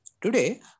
Today